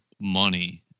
money